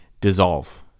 dissolve